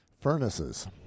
Furnaces